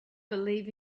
believe